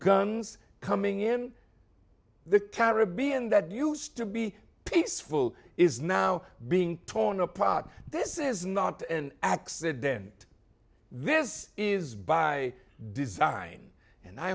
guns coming in the caribbean that used to be peaceful is now being torn apart this is not an accident this is by design and i